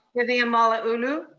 vivian malauulu.